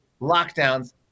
lockdowns